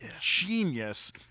genius